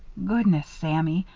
goodness, sammy!